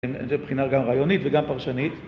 זה מבחינה גם רעיונית וגם פרשנית